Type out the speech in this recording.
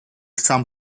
some